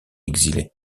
exilée